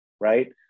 right